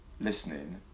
listening